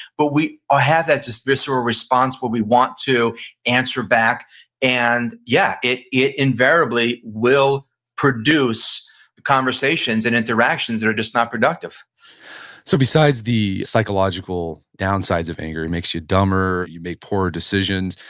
but we ah have that just visceral response where we want to answer back and yeah, it it invariably will produce conversations and interactions that are just not productive so besides the psychological downsides of anger it makes you dumber, you make poorer decisions,